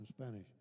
Spanish